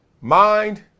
Mind